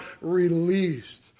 released